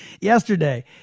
yesterday